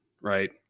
right